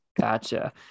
Gotcha